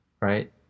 right